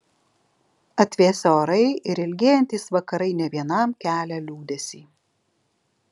atvėsę orai ir ilgėjantys vakarai ne vienam kelia liūdesį